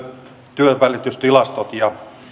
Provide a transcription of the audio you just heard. työnvälitystilastot ja